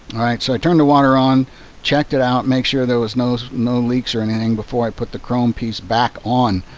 so i turned the water on checked it out make sure there was no no leaks or anything before i put the chrome piece back on.